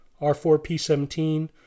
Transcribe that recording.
R4P17